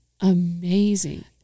amazing